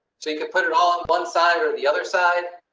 so, you could put it all on one side, or the other side.